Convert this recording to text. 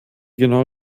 genau